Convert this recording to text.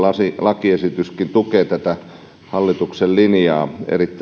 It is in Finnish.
lakiesityskin tukee hallituksen linjaa